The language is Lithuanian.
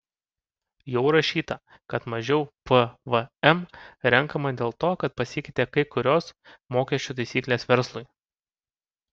jau rašyta kad mažiau pvm renkama dėl to kad pasikeitė kai kurios mokesčių taisyklės verslui